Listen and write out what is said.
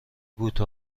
بوته